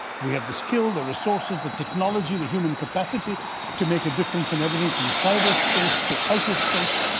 we have the skill, the resources, the technology, the human capacity to make a difference in everything from cyberspace to outer space.